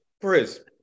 Chris